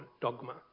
dogma